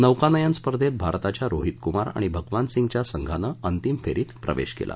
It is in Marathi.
नौकानयन स्पर्धेत भारताच्या रोहित कुमार आणि भगवान सिंगच्या संघानं अंतिम फेरीत प्रवेश केला